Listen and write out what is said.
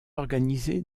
organisées